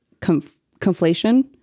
conflation